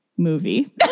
Movie